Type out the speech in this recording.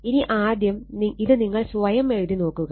ഇനി ആദ്യം ഇത് നിങ്ങൾ സ്വയം എഴുതി നോക്കുക